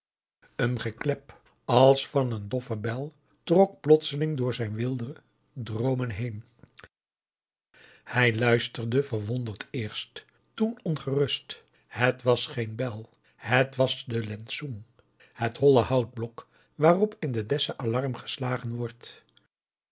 een geklep als van een doffe bel trok plotseling door zijn weelde droomen heen hij luisterde verwonderd eerst toen ongerust het was geen bel het was de lesoeng het holle houtblok waarop in de dessa alarm geslagen wordt